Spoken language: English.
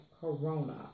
corona